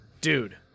Dude